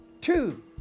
Two